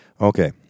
Okay